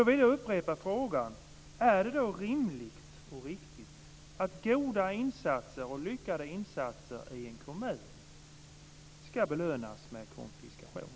Då vill jag upprepa frågan: Är det rimligt och riktigt att goda och lyckade insatser i en kommun ska belönas med konfiskation?